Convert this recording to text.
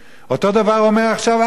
אותו דבר אומר עכשיו אסד.